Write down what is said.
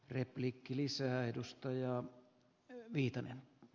arvoisa herra puhemies